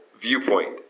viewpoint